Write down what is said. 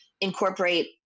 incorporate